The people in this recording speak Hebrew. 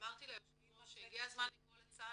אמרתי ליושב הראש שהגיע הזמן לקרוא לצה"ל